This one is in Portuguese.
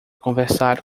conversar